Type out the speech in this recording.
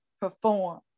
perform